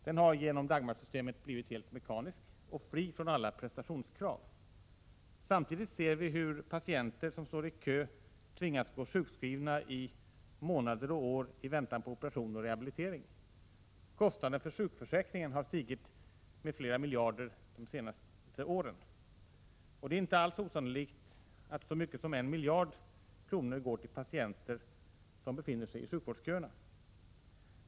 Den har genom Dagmarsystemet blivit helt mekanisk, och det ställs inga prestationskrav. Samtidigt ser vi hur patienter som står i kö inom sjukvården blir sjukskrivna i månader och år i väntan på operation och rehabilitering. Kostnaderna för sjukförsäkringen har stigit med flera miljarder de senaste åren. Det är inte alls osannolikt att så mycket som en miljard kronor går till patienter som befinner sig i sjukvårdsköerna.